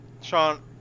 Sean